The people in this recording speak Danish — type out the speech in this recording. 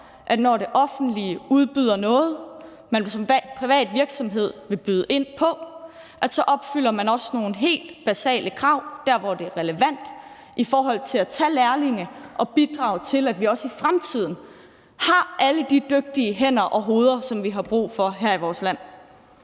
at når det offentlige udbyder noget, som man som privat virksomhed vil byde ind på, så opfylder man også nogle helt basale krav der, hvor det er relevant i forhold til at tage lærlinge og bidrage til, at vi også i fremtiden har alle de dygtige hænder og hoveder, som vi har brug for her i vores land.